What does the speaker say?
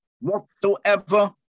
whatsoever